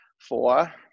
Four